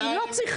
אבל היא לא צריכה.